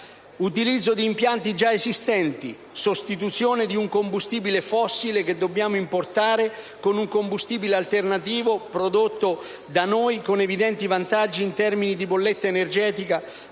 utilizzo di impianti già esistenti; sostituzione di un combustibile fossile che dobbiamo importare, con un combustibile alternativo prodotto da noi con evidenti vantaggi in termini di bolletta energetica